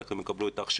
איך הן יקבלו את ההכשרה,